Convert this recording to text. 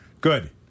Good